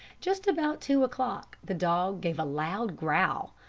just about two o'clock the dog gave a loud growl.